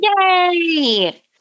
Yay